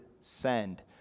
send